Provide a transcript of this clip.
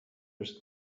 his